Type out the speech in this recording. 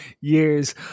years